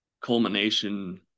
culmination